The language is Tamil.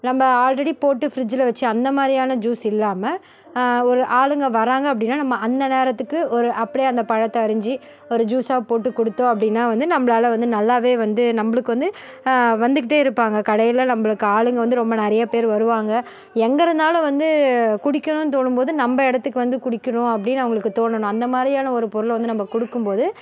நம்ப ஆல்ரெடி போட்டு ஃப்ரிட்ஜில் வச்சி அந்த மாதிரியான ஜூஸ் இல்லாம ஒரு ஆளுங்க வராங்க அப்படின்னா நம்ம அந்த நேரத்துக்கு ஒரு அப்படே அந்த பழத்தை அறிஞ்சு ஒரு ஜூஸாக போட்டு கொடுத்தோம் அப்படின்னா வந்து நம்பளால் வந்து நல்லாவே வந்து நம்பளுக்கு வந்து வந்துக்கிட்டே இருப்பாங்க கடையில் நம்பளுக்கு ஆளுங்க வந்து ரொம்ப நிறைய பேர் வருவாங்க எங்கே இருந்தாலும் வந்து குடிக்கணுன்னு தோணும்போது நம்ப இடத்துக்கு வந்து குடிக்கணும் அப்படின் அவங்களுக்கு தோணனும் அந்த மாதிரியான ஒரு பொருளை வந்து நம்ப கொடுக்கும்போது